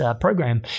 program